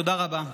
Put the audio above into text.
תודה רבה.